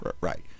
Right